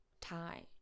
Tie